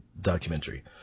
documentary